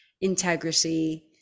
integrity